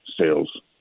sales